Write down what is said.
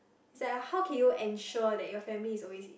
it's like how can you ensure that your family is always